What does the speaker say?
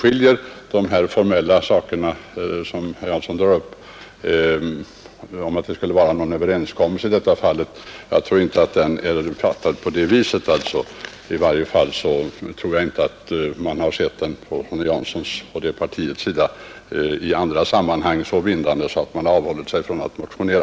Herr Jansson drar upp formella saker såsom att det skulle finnas en överenskommelse i detta fall. Jag tror inte att den är träffad på det viset, och i varje fall tror jag inte att herr Jansson och hans parti i andra sammanhang har ansett den så bindande att man därför har avhållit sig från att motionera.